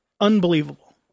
unbelievable